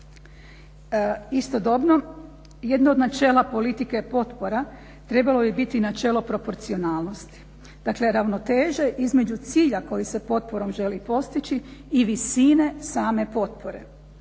Istodobno, jedno od načela politike potpora trebalo bi biti načelo proporcionalnosti, dakle ravnoteže između cilja koji se potporom želi postići i visine same potpore.